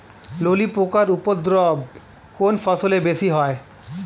ললি পোকার উপদ্রব কোন ফসলে বেশি হয়?